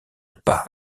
pas